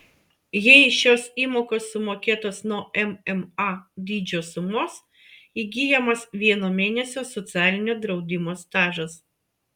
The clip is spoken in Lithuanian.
jei šios įmokos sumokėtos nuo mma dydžio sumos įgyjamas vieno mėnesio socialinio draudimo stažas